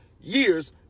years